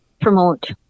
promote